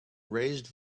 raised